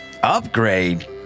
Upgrade